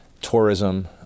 tourism